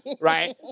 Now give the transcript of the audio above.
right